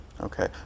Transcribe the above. Okay